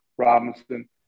Robinson